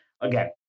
Again